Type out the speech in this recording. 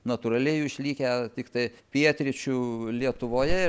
natūraliai jų išlikę tiktai pietryčių lietuvoje